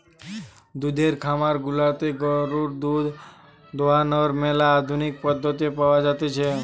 দুধের খামার গুলাতে গরুর দুধ দোহানোর ম্যালা আধুনিক পদ্ধতি পাওয়া জাতিছে